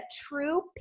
true